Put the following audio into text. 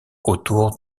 autour